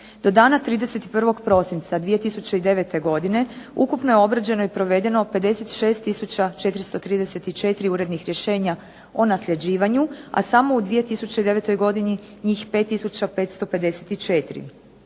Do dana 31. prosinca 2009. godine ukupno je obrađeno i provedeno 56 tisuća 434 urednih rješenja o nasljeđivanju, a samo u 2009. godini njih 5